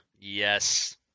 Yes